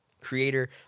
creator